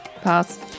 Pass